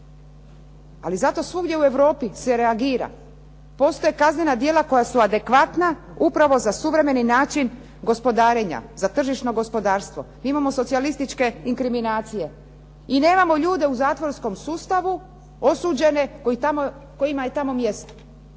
Ali zato svugdje u Europi se reagira. Postoje kaznena djela koja su adekvatna upravo za suvremeni način gospodarenja, za tržišno gospodarstvo. Imamo socijalističke inkriminacije i nemamo ljude u zatvorskom sustavu osuđene kojima je tamo mjesto.